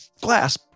glass